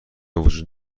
وجود